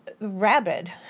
rabid